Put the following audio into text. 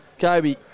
Kobe